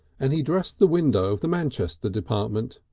and he dressed the window of the manchester department.